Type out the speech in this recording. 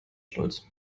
stolz